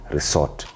Resort